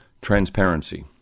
Transparency